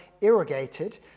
irrigated